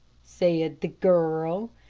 said the girl.